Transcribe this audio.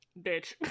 bitch